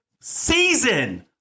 season